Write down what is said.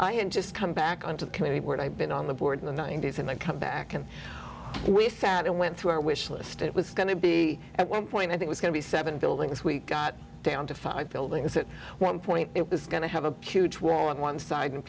i had just come back on to the community where i've been on the board in the ninety's and i come back and we sat and went through our wish list it was going to be at one point i think was going to be seven buildings we got down to five buildings at one point it was going to have a huge wall on one side and